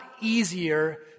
easier